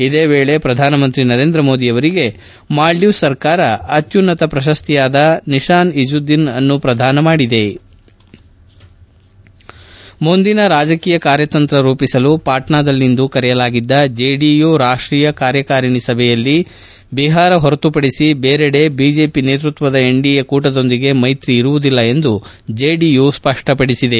ಇದೇ ವೇಳೆ ಪ್ರಧಾನಮಂತ್ರಿ ನರೇಂದ್ರ ಮೋದಿ ಅವರಿಗೆ ಮಾಲ್ಡೀವ್ಸ್ ಸರ್ಕಾರ ಅತ್ಯುನ್ನತ ಪ್ರಶಸ್ತಿಯಾದ ನಿಶಾನ್ ಇಜುದ್ದೀನ್ ಅನ್ನು ಪ್ರದಾನ ಮಾಡಿದೆ ಮುಂದಿನ ರಾಜಕೀಯ ಕಾರ್ಯತಂತ್ರ ರೂಪಿಸಲು ಪಾಟ್ನಾದಲ್ಲಿಂದು ಕರೆಯಲಾಗಿದ್ದ ಜೆಡಿಯು ರಾಷ್ಟೀಯ ಕಾರ್ಯಕಾರಿ ಸಮಿತಿ ಸಭೆಯಲ್ಲಿ ಬಿಪಾರ ಹೊರತುಪಡಿಸಿ ಬೇರೆಡೆ ಬಿಜೆಪಿ ನೇತೃತ್ವದ ಎನ್ಡಿಎ ಕೂಟದೊಂದಿಗೆ ಮೈತ್ರಿ ಇರುವುದಿಲ್ಲ ಎಂದು ಜೆಡಿಯು ಸ್ಪಷ್ಟಪಡಿಸಿದೆ